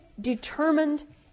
determined